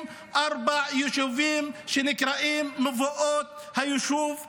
ארבעה יישובים שנקראים מבואות היישוב ערד.